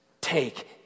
Take